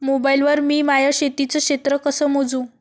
Mobile वर मी माया शेतीचं क्षेत्र कस मोजू?